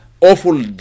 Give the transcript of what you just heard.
awful